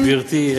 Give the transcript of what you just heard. גברתי,